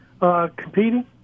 competing